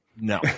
No